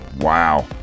Wow